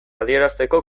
adierazteko